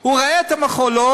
הוא רואה את המחולות,